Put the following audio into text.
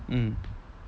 mm